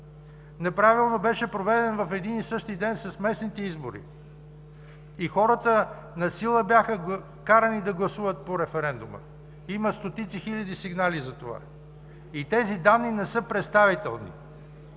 Неправилно беше проведен в един и същи ден с местните избори и хората насила бяха карани да гласуват по референдума. Има стотици хиляди сигнали за това. И тези данни не са представителни.